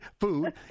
food